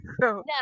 No